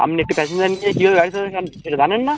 আপনি একটা প্যাসেঞ্জার নিয়ে কীভাবে গাড়ি চালাতে সেটা সেটা জানেন না